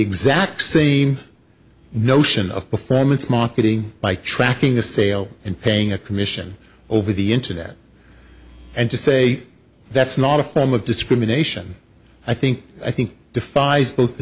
exact same notion of performance marketing by tracking the sale and paying a commission over the internet and to say that's not a form of discrimination i think i think defies both the